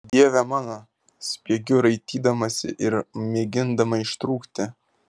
dieve mano spiegiu raitydamasi ir mėgindama ištrūkti